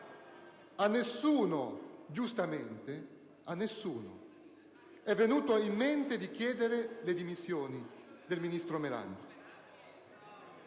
a nessuno - giustamente - è venuto in mente di chiedere le dimissioni del ministro Melandri.